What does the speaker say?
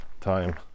time